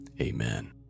Amen